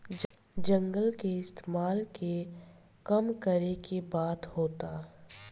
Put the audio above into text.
जंगल के इस्तेमाल के कम करे के बात होता